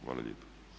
Hvala lijepo.